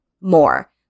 more